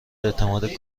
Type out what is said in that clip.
اعتماد